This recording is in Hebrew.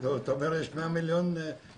פתאום אתה אומר יש 100 מיליון שקל,